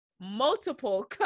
multiple